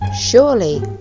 Surely